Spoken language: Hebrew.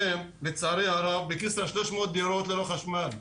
לצערי הרב, בכסרא שלוש מאות דירות ללא חשמל.